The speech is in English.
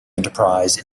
enterprise